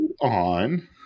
on